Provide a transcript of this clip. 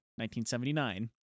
1979